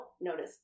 notice